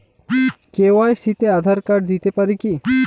KYC তে Aadhaar card দিতে পারি কি?